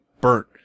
burnt